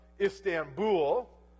Istanbul